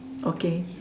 okay